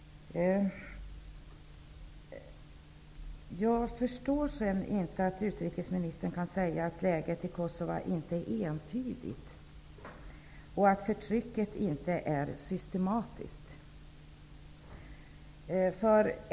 Jag förstår inte att utrikesministern kan säga att läget i Kosova inte är entydigt och att förtrycket inte är systematiskt.